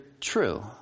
true